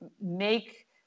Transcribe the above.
make